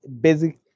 basic